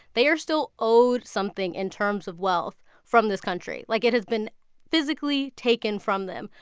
they are still owed something in terms of wealth from this country. like, it has been physically taken from them.